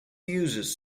users